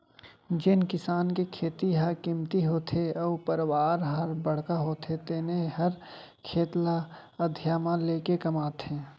जेन किसान के खेती ह कमती होथे अउ परवार ह बड़का होथे तेने हर खेत ल अधिया म लेके कमाथे